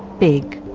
big,